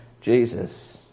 Jesus